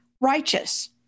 righteous